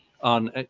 on